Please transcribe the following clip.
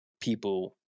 people